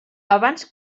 abans